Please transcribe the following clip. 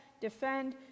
defend